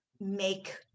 Make